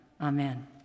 Amen